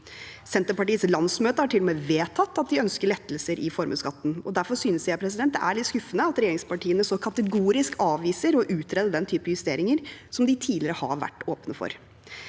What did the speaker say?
Senterpartiets landsmøte har til og med vedtatt at de ønsker lettelser i formuesskatten. Derfor synes jeg det er litt skuffende at regjeringspartiene så kategorisk avviser å utrede denne typen justeringer, som de tidligere har vært åpne for.